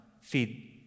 feed